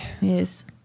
Yes